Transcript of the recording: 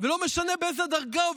ולא משנה באיזה דרגה הוא,